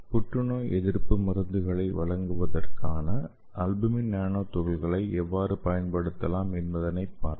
புற்றுநோய் எதிர்ப்பு மருந்துகளை வழங்குவதற்காக அல்புமின் நானோ துகள்களை எவ்வாறு பயன்படுத்தலாம் என்பதைப் பார்ப்போம்